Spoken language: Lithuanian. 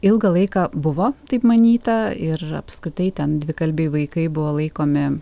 ilgą laiką buvo taip manyta ir apskritai ten dvikalbiai vaikai buvo laikomi